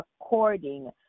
according